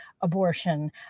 abortion